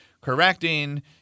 correcting